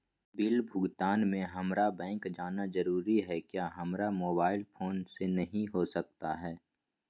Bill भुगतान में हम्मारा बैंक जाना जरूर है क्या हमारा मोबाइल फोन से नहीं हो सकता है?